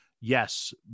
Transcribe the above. yes